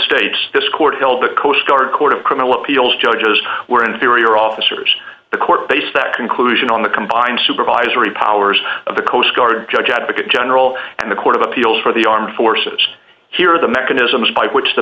states this court held the coast guard court of criminal appeals judges were inferior officers the court based that conclusion on the combined supervisory powers of the coast guard judge advocate general and the court of appeals for the armed forces here are the mechanisms by which the